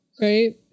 Right